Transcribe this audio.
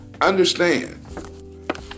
Understand